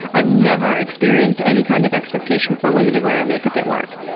i've never experienced any kind of expectation for women to wear makeup at work.